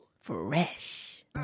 Fresh